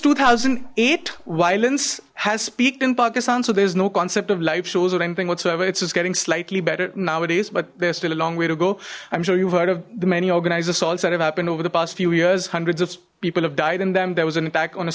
two thousand and eight violence has peaked in pakistan so there is no concept of life shows or anything whatsoever it's just getting slightly better nowadays but there's still a long way to go i'm sure you've heard of the many organized assaults that have happened over the past few years hundreds of people have died in them there was an attack on a